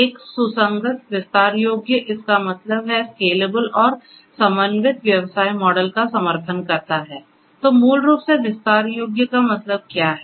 एक सुसंगत विस्तार योग्य इसका मतलब है स्केलेबल और समन्वित व्यवसाय मॉडल का समर्थन करता है तो मूल रूप से विस्तार योग्य का मतलब क्या है